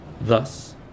Thus